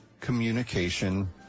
communication